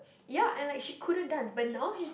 ya and like she couldn't dance but now she's